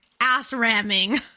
ass-ramming